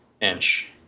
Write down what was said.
inch